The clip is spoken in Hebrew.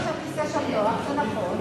אני רואה שאתה משעשע את ראש הממשלה, מגיעה לו נחת.